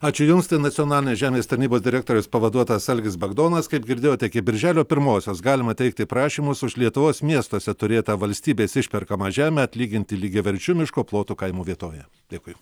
ačiū jums tai nacionalinės žemės tarnybos direktoriaus pavaduotojas algis bagdonas kaip girdėjote iki birželio pirmosios galima teikti prašymus už lietuvos miestuose turėtą valstybės išperkamą žemę atlyginti lygiaverčiu miško plotu kaimo vietovėje dėkui